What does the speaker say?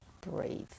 breathe